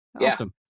Awesome